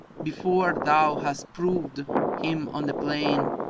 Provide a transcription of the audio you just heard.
before thou hast proved him on the plain,